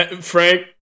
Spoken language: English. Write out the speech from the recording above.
Frank